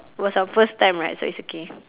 it was our first time right so it's okay